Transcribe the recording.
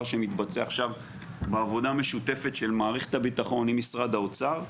שמתבצע עכשיו בעבודה משותפת של מערכת הביטחון עם משרד האוצר.